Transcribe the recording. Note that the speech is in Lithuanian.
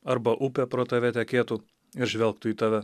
arba upė pro tave tekėtų ir žvelgtų į tave